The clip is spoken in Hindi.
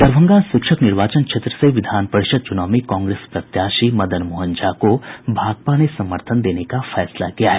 दरभंगा शिक्षक निर्वाचन क्षेत्र से विधान परिषद् चुनाव में कांग्रेस प्रत्याशी मदन मोहन झा को भाकपा ने समर्थन देने का फैसला किया है